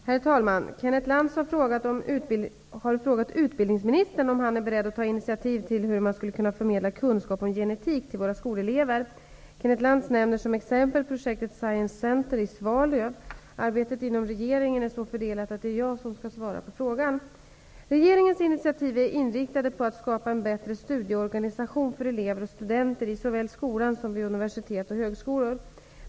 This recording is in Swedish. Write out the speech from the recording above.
Herr talman! Kenneth Lantz har frågat utbildningsministern om han är beredd att ta initiativ till hur man skulle kunna förmedla kunskap om genetik till våra skolelever. Kenneth Lantz nämner som exempel projektet Science Center i Svalöv. Arbetet inom regeringen är så fördelat att det är jag som skall svara på frågan. Regeringens initiativ är inriktade på att skapa en bättre studieorganisation för elever och studenter i såväl skolan som vid universitet och högskolor.